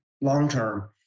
long-term